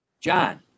John